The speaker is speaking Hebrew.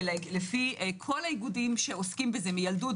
ולפי כל האיגודים שעוסקים בזה מיילדות,